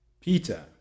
Peter